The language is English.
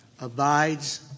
abides